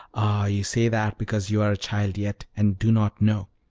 ah, you say that because you are a child yet, and do not know.